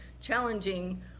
challenging